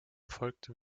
folgten